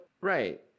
Right